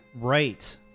Right